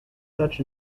such